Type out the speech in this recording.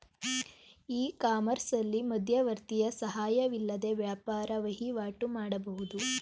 E ಕಾಮರ್ಸ್ನಲ್ಲಿ ಮಧ್ಯವರ್ತಿಯ ಸಹಾಯವಿಲ್ಲದೆ ವ್ಯಾಪಾರ ವಹಿವಾಟು ಮಾಡಬಹುದು